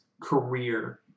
career